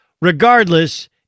Regardless